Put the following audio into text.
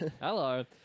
Hello